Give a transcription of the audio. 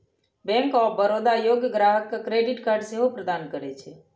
bank of Baroda योग्य ग्राहक कें क्रेडिट कार्ड सेहो प्रदान करै छै